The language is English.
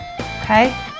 okay